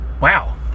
Wow